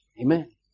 Amen